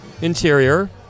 interior